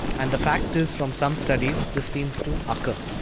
and the fact is from some studies this seems to occur.